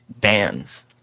bands